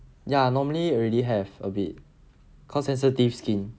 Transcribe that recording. ya normally already have a bit cause sensitive skin